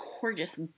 gorgeous